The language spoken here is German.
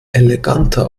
eleganter